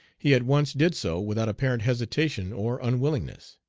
he at once did so without apparent hesitation or unwillingness.